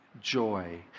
joy